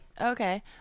okay